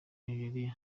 nigeria